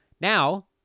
Now